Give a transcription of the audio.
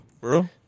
Bro